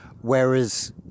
Whereas